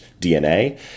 DNA